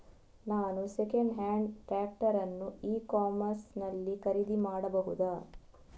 ನಾನು second hand tractor ಅನ್ನು e commerce ನಲ್ಲಿ ಖರೀದಿ ಮಾಡಬಹುದಾ?